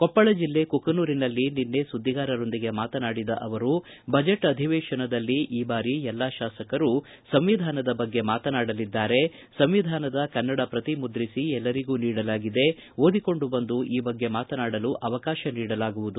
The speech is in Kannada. ಕೊಪ್ಪಳ ಜಿಲ್ಲೆ ಕುಕನೂರಿನಲ್ಲಿ ನಿನ್ನೆ ಸುದ್ದಿಗಾರರೊಂದಿಗೆ ಮಾತನಾಡಿದ ಅವರು ಬಜೆಟ್ ಅಧಿವೇಶನದಲ್ಲಿ ಈ ಬಾರಿ ಎಲ್ಲ ಶಾಸಕರು ಸಂವಿಧಾನದ ಬಗ್ಗೆ ಮಾತನಾಡಲಿದ್ದಾರೆ ಸಂವಿಧಾನದ ಕನ್ನಡ ಪ್ರತಿ ಮುದ್ರಿಸಿ ಎಲ್ಲರಿಗೂ ನೀಡಲಾಗಿದೆ ಓದಿಕೊಂಡು ಬಂದು ಈ ಬಗ್ಗೆ ಮಾತನಾಡಲು ಅವಕಾತ ನೀಡಲಾಗುವುದು